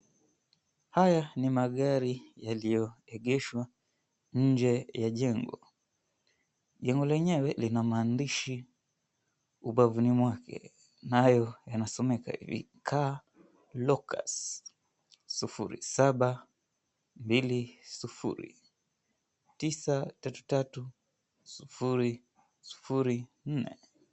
Haya ni magari yaliyoegeshwa inje ya jengo. Jengo lenyewe lina maandishi ubavuni mwake nayo yanasomeka hivi "CAR LOCUS 0720933004"